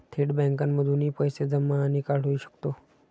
थेट बँकांमधूनही पैसे जमा आणि काढुहि शकतो